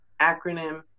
acronym